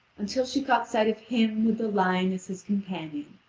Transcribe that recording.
until she caught sight of him with the lion as his companion.